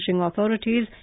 authorities